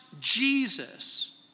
Jesus